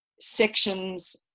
sections